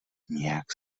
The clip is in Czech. nějak